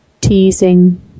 teasing